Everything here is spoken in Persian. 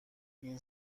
این